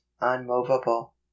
unmovable